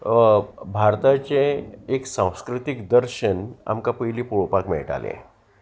भारताचें एक सांस्कृतीक दर्शन आमकां पयलीं पळोवपाक मेळटालें